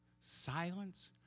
silence